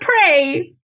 pray